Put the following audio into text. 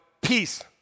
peace